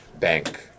bank